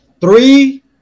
three